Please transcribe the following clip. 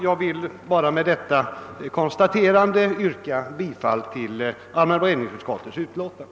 Jag vill med detta konstaterande yrka bifall till allmänna beredningsutskottets hemställan.